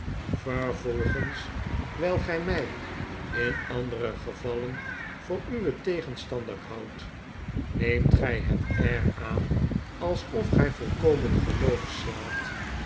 vervolgens wijl gy my in andere gevallen voor uwen tegenstander houdt neemt gy het air aan alsofgy volkomen geloof slaat